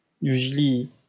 usually